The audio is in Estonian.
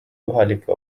kohalike